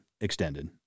extended